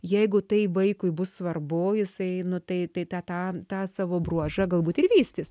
jeigu tai vaikui bus svarbu jisai nu tai tai tą tą tą savo bruožą galbūt ir vystys